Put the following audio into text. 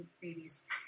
babies